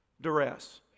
duress